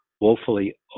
woefully